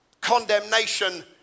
Condemnation